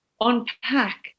unpack